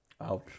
Ouch